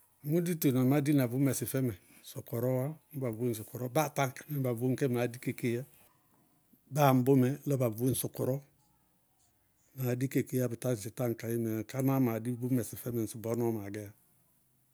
Dito, na má di na bʋ mɩsɩ fɛmɛ, sɔkɔrɔɔwá, ñ ba vóŋ sɔkɔrɔ báa táa aŋkɛ mɛ, ñ ba vóŋ kɛ, maá dikɛ kéé yá. Báa ambʋmɛ lɔ ba vóŋ sɔkɔrɔ, maá dikɛ kéé yá. Bʋ tá sɩ táŋ kayé wɔ, kánáá maá di bʋ mɛsɩ fɛmɛ ŋsɩbɔɔ maa gɛ yá.